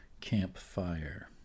campfire